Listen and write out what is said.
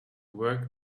work